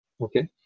Okay